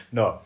no